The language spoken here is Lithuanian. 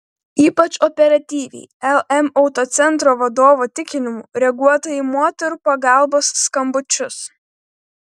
ypač operatyviai lm autocentro vadovo tikinimu reaguota į moterų pagalbos skambučius